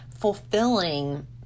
fulfilling